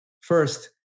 First